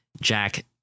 Jack